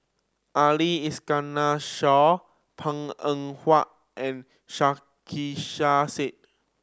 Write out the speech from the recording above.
Ali Iskandar Shah Png Eng Huat and Said